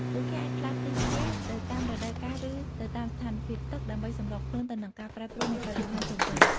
ពួកគេអាចផ្លាស់ទីផ្ទះទៅតាមរដូវកាលឬទៅតាមស្ថានភាពទឹក ដើម្បីសម្របខ្លួនទៅនឹងការប្រែប្រួលនៃបរិស្ថានជុំវិញ។